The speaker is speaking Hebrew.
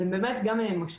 אז זה באמת גם מושפע.